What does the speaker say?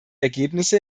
ergebnisse